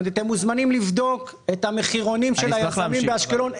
אז אתם מוזמנים לבדוק את המחירונים של היזמים באשקלון,